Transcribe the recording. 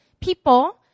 people